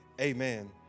amen